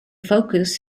focus